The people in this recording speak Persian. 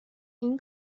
این